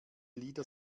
lieder